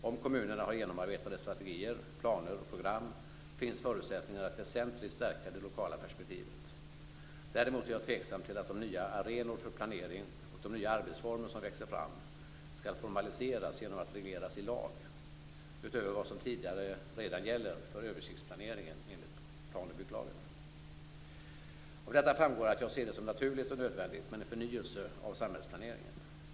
Om kommunerna har genomarbetade strategier, planer och program finns förutsättningar att väsentligt stärka det lokala perspektivet. Däremot är jag tveksam till att de nya arenor för planering och de nya arbetsformer som växer fram skall formaliseras genom att regleras i lag, utöver vad som redan gäller för översiktsplaneringen enligt plan och bygglagen. Av vad jag just har sagt framgår att jag ser det som naturligt och nödvändigt med en förnyelse av samhällsplaneringen.